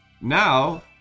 Now